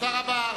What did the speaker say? תודה רבה.